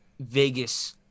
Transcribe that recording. Vegas